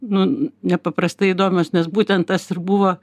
nu nepaprastai įdomios nes būtent tas ir buvo